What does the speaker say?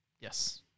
Yes